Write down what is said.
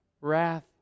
wrath